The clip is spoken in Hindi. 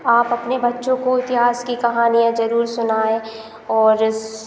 आप अपने बच्चों को इतिहास की कहानियाँ ज़रूर सुनाएँ और